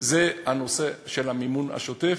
היא הנושא של המימון השוטף,